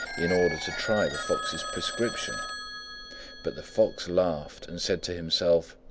in order to try the fox's prescription but the fox laughed and said to himself,